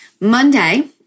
Monday